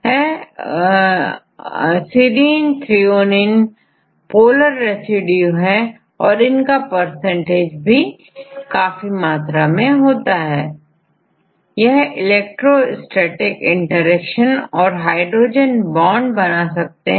serine और threonine 56होते हैं और यह पोलर रेसिड्यू है इनका परसेंटेज पर्याप्त मात्रा में होता है क्योंकि यह इलेक्ट्रोस्टेटिक इंटरेक्शन और हाइड्रोजन बॉन्ड बना सकते हैं